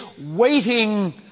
waiting